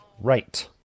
right